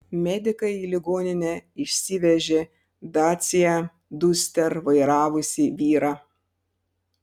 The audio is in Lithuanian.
medikai į ligoninę išsivežė dacia duster vairavusį vyrą